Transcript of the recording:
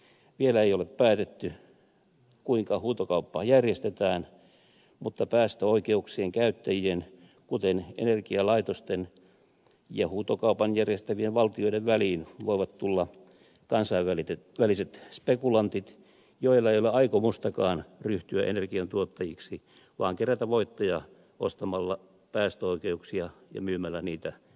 vielä ei ole päätetty kuinka huutokauppa järjestetään mutta päästöoikeuksien käyttäjien kuten energialaitosten ja huutokaupan järjestävien valtioiden väliin voivat tulla kansainväliset spekulantit joilla ei ole aikomustakaan ryhtyä energiantuottajiksi vaan kerätä voittoja ostamalla päästöoikeuksia ja myymällä niitä eteenpäin